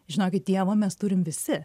žinokit dievą mes turim visi